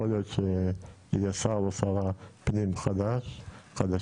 יכול להיות שיהיה שר או שרת פנים חדש חדשה,